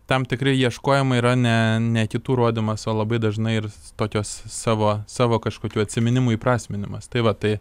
tam tikri ieškojimai yra ne ne kitų rodymas o labai dažnai ir tokios savo savo kažkokių atsiminimų įprasminimas tai va tai